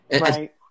Right